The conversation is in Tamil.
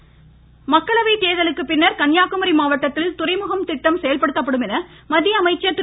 பொன்ராதாகிருஷ்ணன் மக்களவை தேர்தலுக்கு பின்னர் கன்னியாகுமரி மாவட்டத்தில் துறைமுகம் திட்டம் செயல்படுத்தப்படும் என்று மத்திய அமைச்சர் திரு